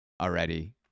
already